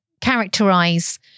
Characterize